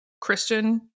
Christian